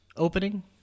opening